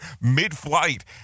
mid-flight